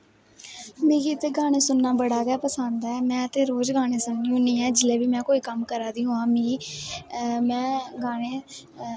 मिगी ते गाने सुनना बड़ा गै पसंद ऐ मैं ते रोज़ गाने सुननी होनी ऐं जिसलै बी में कोई कम्म करा दी होआं मिगी में गाने